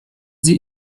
sie